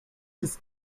des